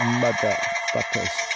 motherfuckers